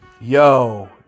Yo